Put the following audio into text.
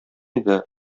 иде